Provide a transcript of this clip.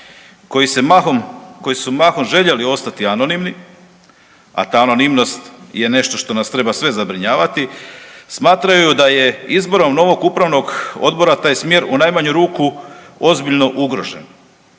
koji su mahom željeli ostati anonimni, a ta anonimnost je nešto što nas treba sve zabrinjavati, smatraju da je izborom novog upravnog odbora taj smjer u najmanju ruku ozbiljno ugrožen.